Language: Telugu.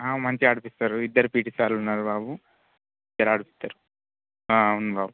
ఆ మంచిగా ఆడిపిస్తారు ఇద్దరు పీటీ సార్లు ఉన్నారు బాబు ఇద్దరు ఆడిస్తారు ఆ అవును బాబు